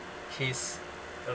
his uh